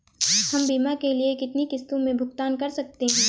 हम बीमा के लिए कितनी किश्तों में भुगतान कर सकते हैं?